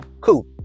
Cool